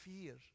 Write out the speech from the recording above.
fear